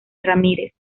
ramírez